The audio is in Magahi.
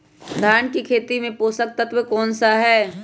धान की खेती में पोषक तत्व कौन कौन सा है?